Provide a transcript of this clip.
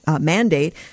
mandate